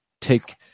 take